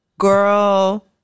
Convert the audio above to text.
Girl